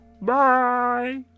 bye